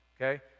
okay